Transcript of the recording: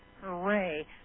hooray